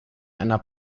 einer